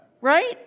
Right